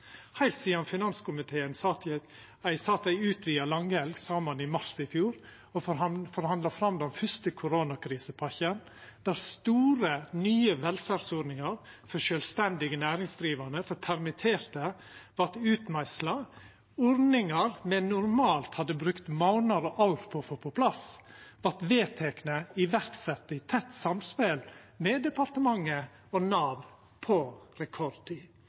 sat ei utvida langhelg saman i mars i fjor og forhandla fram den fyrste koronakrisepakken, der store, nye velferdsordningar for sjølvstendig næringsdrivande og permitterte vart utmeisla. Ordningar me normalt hadde brukt månadar og år på å få på plass, vart vedtekne og sette i verk i tett samspel med departementet og Nav på rekordtid.